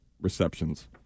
receptions